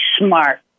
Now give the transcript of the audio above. smart